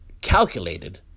calculated